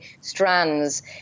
strands